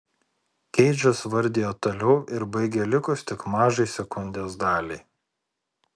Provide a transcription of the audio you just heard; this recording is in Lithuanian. keidžas vardijo toliau ir baigė likus tik mažai sekundės daliai